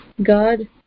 God